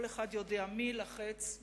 כל אחד יודע מי יילחץ,